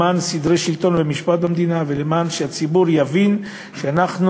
למען סדרי השלטון והמשפט במדינה וכדי שהציבור יבין שאנחנו